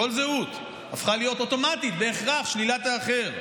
כל זהות הפכה להיות אוטומטית, בהכרח, שלילת האחר.